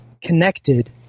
connected